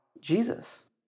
Jesus